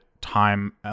time